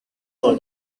for